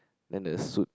then the suit